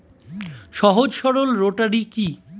সহজ সরল রোটারি কি?